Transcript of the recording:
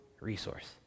resource